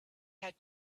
had